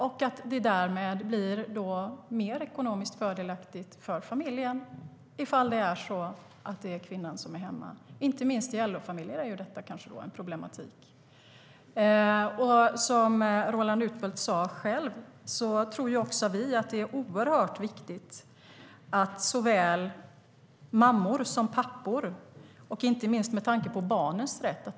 Det blir därmed mer ekonomiskt fördelaktigt för familjen ifall det är kvinnan som är hemma. Inte minst i LO-familjer är detta kanske en problematik. Som Roland Utbult själv sade tror också vi att det är oerhört viktigt att såväl mammor som pappor är hemma, inte minst med tanke på barnens rätt.